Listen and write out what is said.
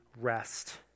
rest